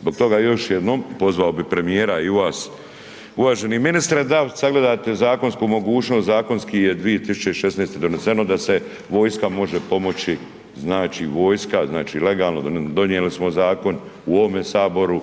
Zbog toga još jednom pozvao bi premijera i vas uvaženi ministre da sagledate zakonsku mogućnost. Zakonski je 2016. doneseno da se vojska može pomoći znači vojska, znači legalno donijeli smo zakon u ovome saboru